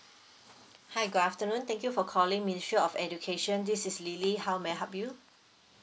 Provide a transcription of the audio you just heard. hi good afternoon thank you for calling ministry of education this is lily how may I help you